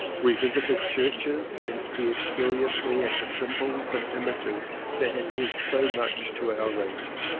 we visited churches and peered curiously at the symbols and images that had meant so much to our race.